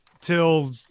till